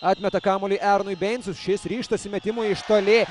atmeta kamuolį eronui bei šis ryžtasi metimui iš toli